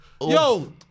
Yo